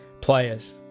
players